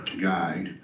guy